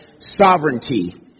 sovereignty